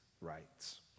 rights